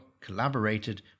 collaborated